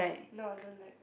no I don't like